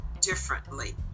differently